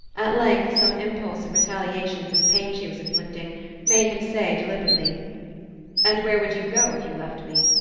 at length some impulse of retaliation for the pain she was inflicting made him say deliberately and where would you go if you left me?